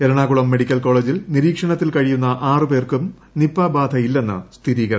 Ernakulam medical college നിരീക്ഷണത്തിൽ കഴിയുന്ന ആറ് പേർക്കും നിപ്പ ബാധയില്ലെന്ന് സ്ഥിരീകരണം